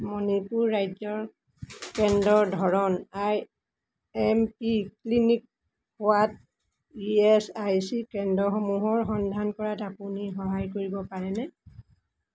মণিপুৰ ৰাজ্যৰ কেন্দ্ৰৰ ধৰণ আই এম পি ক্লিনিক হোৱাত ই এচ আই চি কেন্দ্ৰসমূহৰ সন্ধান কৰাত আপুনি সহায় কৰিব পাৰেনে